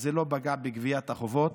לא נפגעה בגביית החובות.